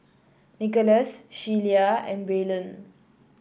Nicholaus Shelia and Braylen